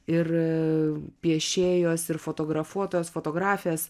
ir piešėjos ir fotografuotojos fotografės